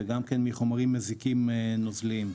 וגם מחומרים מזיקים נוזליים.